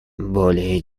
более